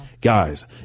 Guys